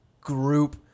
group